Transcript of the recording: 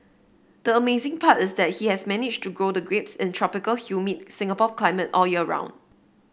the amazing part is that he has managed to grow the grapes in tropical humid Singapore climate all year round